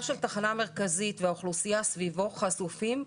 של התחנה המרכזית והאוכלוסייה סביבו חשופים.